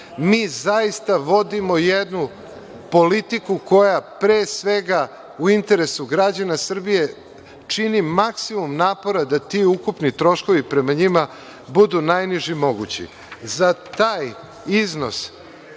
zaista vodimo jednu politiku koja, pre svega, u interesu građana Srbije, čini maksimum napora da ti ukupno troškovi prema njima budu najniži mogući.